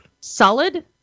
Solid